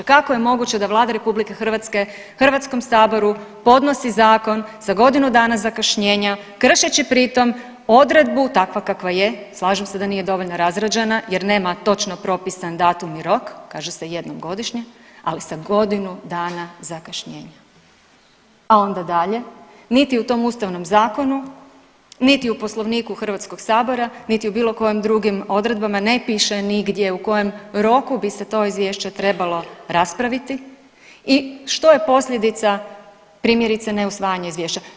Kako je moguće da Vlada RH HS-u podnosi zakon sa godinu dana zakašnjenja kršeći pritom odredbu, takva kakva je, slažem se da nije dovoljno razrađena jer nema točno propisan datum i rok, kaže se jednom godišnje, ali sa godinu dana zakašnjenja, a onda dalje niti u tom Ustavnom zakonu niti u Poslovniku HS-a niti u bilo kojem drugim odredbama ne piše nigdje u kojem roku bi se to izvješće trebalo raspraviti i što je posljedica, primjerice, neusvajanja izvješća.